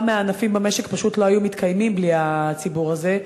מהענפים במשק פשוט לא היו מתקיימים בלי הציבור הזה.